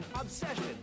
obsession